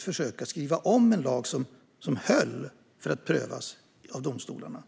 försöka att skriva om lagen så att den skulle hålla för att prövas av domstolarna.